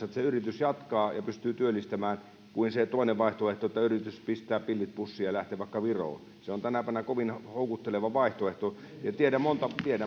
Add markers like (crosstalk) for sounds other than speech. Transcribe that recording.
(unintelligible) että se yritys jatkaa ja pystyy työllistämään kun se toinen vaihtoehto on että yritys pistää pillit pussiin ja lähtee vaikka viroon se on tänä päivänä kovin houkutteleva vaihtoehto tiedän